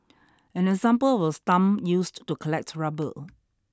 an example of a stump used to collect rubber